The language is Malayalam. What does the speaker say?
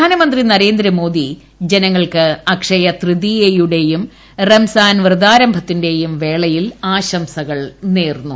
പ്രധാനമന്ത്രി നരേന്ദ്രമോദി ജനങ്ങൾക്ക് അക്ഷയത്രിതീയയുടെയും റംസാൻ വ്രതാരംഭത്തിന്റെയും വേളയിൽ ആശംസകൾ നേർന്നു